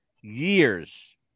years